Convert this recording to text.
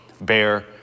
bear